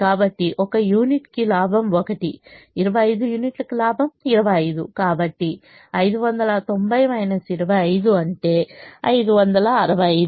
కాబట్టి ఒక యూనిట్ కు లాభం 1 25 యూనిట్లకు లాభం 25 కాబట్టి 590 25 అంటే 565